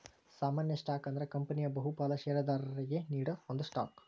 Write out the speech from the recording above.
ಸಾಮಾನ್ಯ ಸ್ಟಾಕ್ ಅಂದ್ರ ಕಂಪನಿಯ ಬಹುಪಾಲ ಷೇರದಾರರಿಗಿ ನೇಡೋ ಒಂದ ಸ್ಟಾಕ್